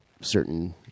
certain